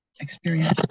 experience